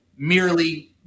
merely